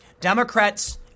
Democrats